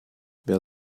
wer